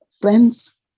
Friends